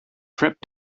prep